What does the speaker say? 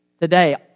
today